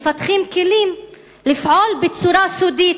מפתחים כלים לפעול בצורה סודית